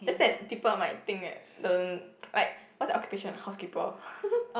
just that people might think that the like what's your occupation housekeeper